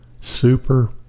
super